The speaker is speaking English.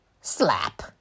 Slap